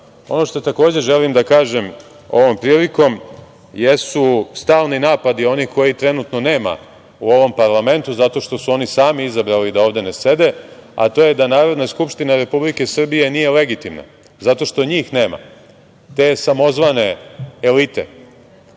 što takođe želim da kažem ovom prilikom jesu stalni napadi onih kojih trenutno nema u ovom parlamentu, zato što su oni sami izabrali da ovde ne sede, a to je da Narodna skupština Republike Srbije nije legitimna, zato što njih nema, te samozvane elite.